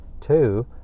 two